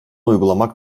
uygulamak